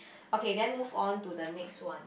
okay then move on to the next one